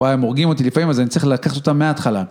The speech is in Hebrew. וואי הם הורגים אותי לפעמים אז אני צריך לקחת אותם מההתחלה